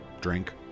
drink